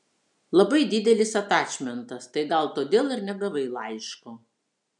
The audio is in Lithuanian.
labai didelis atačmentas tai gal todėl ir negavai laiško